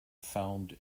found